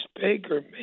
Baker